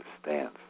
stance